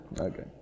Okay